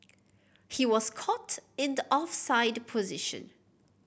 he was caught in the offside position